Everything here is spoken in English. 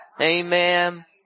Amen